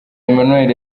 emmanuel